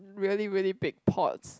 really really big pots